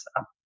up